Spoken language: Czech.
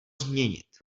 změnit